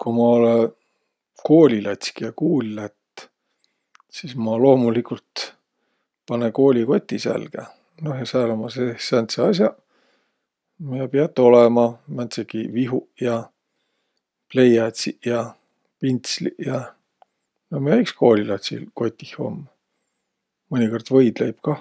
Ku ma olõ koolilats, kiä kuuli lätt, sis ma loomuligult panõ koolikoti sälgä. No ja sääl ummaq seeh sääntseq as'aq, miä piät olõma. Määntsegi vihuq ja pleiädsiq ja pintsliq ja. No miä iks koolilatsil kotih um. Mõnikõrd võidleib kah.